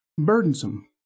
burdensome